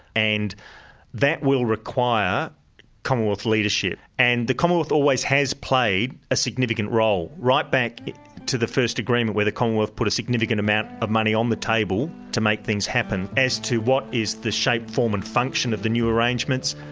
and that will require commonwealth leadership. and the commonwealth always has played a significant role, right back to the first agreement where the commonwealth put a significant amount of money on the table to make things happen. as to what is the shape, form and function of the new arrangements,